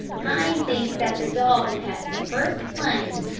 i think that the dog has the first claim,